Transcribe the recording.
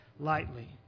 lightly